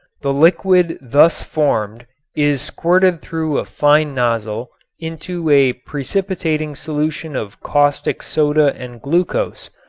the liquid thus formed is squirted through a fine nozzle into a precipitating solution of caustic soda and glucose,